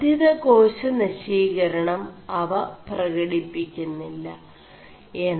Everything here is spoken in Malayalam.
വർWിത േകാശനശീകരണം അവ 4പകടിçി ുMി